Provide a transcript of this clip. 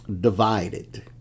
divided